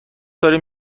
داریم